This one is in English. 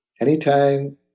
Anytime